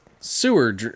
sewer